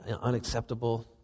unacceptable